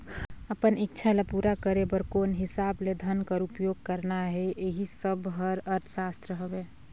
अपन इक्छा ल पूरा करे बर कोन हिसाब ले धन कर उपयोग करना अहे एही सब हर अर्थसास्त्र हवे